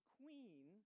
queen –